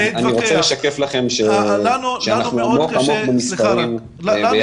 אני רוצה לשקף לכם שאנחנו עמוק עמוק במספרים ביחד